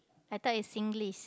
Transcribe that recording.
I thought is Singlish